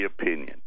opinion